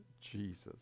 Jesus